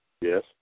Yes